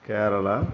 Kerala